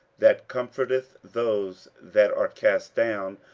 that comforteth those that are cast down,